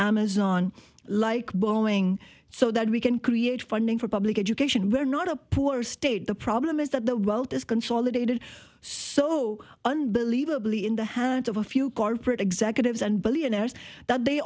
amazon like boeing so that we can create funding for public education we're not a poor state the problem is that the wealth is consolidated so unbelievably in the hands of a few corporate executives and billionaires that they